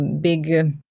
big